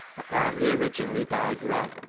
apparently originally dyed red,